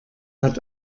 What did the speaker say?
hat